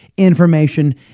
Information